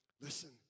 Listen